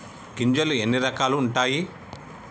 గింజలు ఎన్ని రకాలు ఉంటాయి?